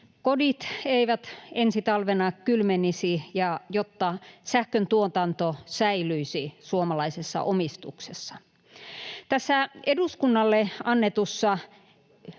kodit eivät ensi talvena kylmenisi ja jotta sähköntuotanto säilyisi suomalaisessa omistuksessa. Tässä eduskunnalle annetussa,